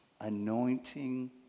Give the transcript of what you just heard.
Anointing